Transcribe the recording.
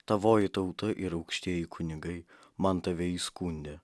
tavoji tauta ir aukštieji kunigai man tave įskundė